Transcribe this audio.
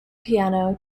piano